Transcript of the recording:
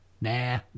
Nah